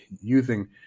using